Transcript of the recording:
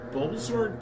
Bulbasaur